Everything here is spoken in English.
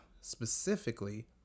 specifically